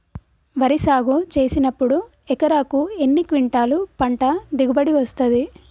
వరి సాగు చేసినప్పుడు ఎకరాకు ఎన్ని క్వింటాలు పంట దిగుబడి వస్తది?